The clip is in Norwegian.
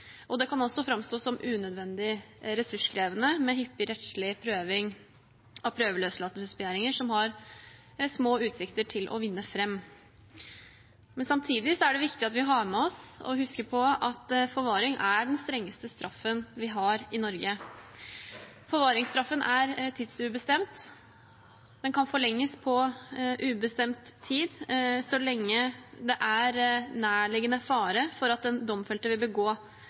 Det kan også framstå som unødvendig ressurskrevende med hyppig rettslig prøving av prøveløslatelsesbegjæringer som har små utsikter til å vinne fram. Samtidig er det viktig at vi har med oss og husker på at forvaring er den strengeste straffen vi har i Norge. Forvaringsstraffen er tidsubestemt. Den kan forlenges på ubestemt tid så lenge det er nærliggende fare for at den domfelte vil begå